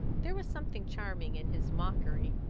there was something charming in his mockery,